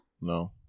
no